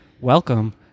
welcome